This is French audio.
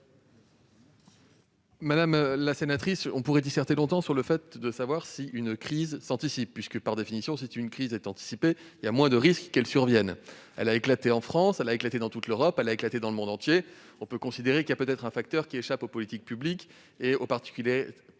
Madame la sénatrice, on pourrait disserter longtemps pour savoir si une crise s'anticipe. Par définition, si une crise est anticipée, il y a moins de risques qu'elle survienne ... La crise a éclaté en France, dans toute l'Europe, dans le monde entier. On peut donc considérer qu'il y a peut-être un facteur qui échappe aux politiques publiques et aux particularités